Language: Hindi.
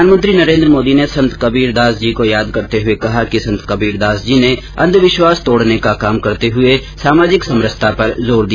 प्रधानमंत्री नरेन्द्र मोदी ने संत कबीरदासजी को याद करते हुए कहा कि संत कबीरदास जी ने अंधविश्वास तोड़ने का काम करते हुए सामाजिक समरसता परजोर दिया